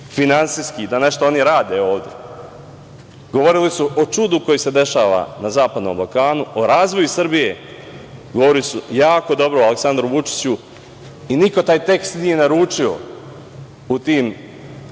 finansijskih da nešto oni rade ovde. Govorili su o čudu koje se dešava na zapadnom Balkanu, o razvoju Srbije, govorili su jako dobro o Aleksandru Vučiću. Niko taj tekst nije naručio u tim